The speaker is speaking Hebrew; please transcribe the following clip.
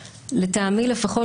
לטעמי לפחות,